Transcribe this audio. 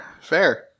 fair